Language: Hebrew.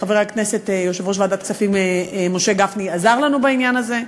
חבר הכנסת יושב-ראש ועדת הכספים משה גפני עזר לנו בעניין הזה.